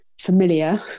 familiar